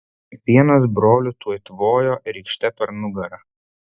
vienas brolių tuoj tvojo rykšte per nugarą